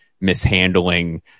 mishandling